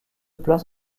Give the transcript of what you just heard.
place